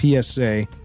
PSA